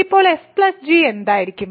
അപ്പോൾ f g എന്തായിരിക്കും